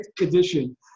edition